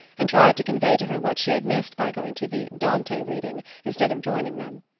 and tried to convey to her what she had missed by going to the dante reading instead of joining them.